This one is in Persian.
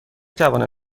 توانم